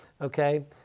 okay